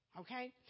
Okay